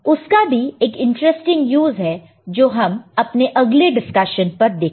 उसका भी एक इंटरेस्टिंग यूज है जो हम अपने अगले डिस्कशन पर देखेंगे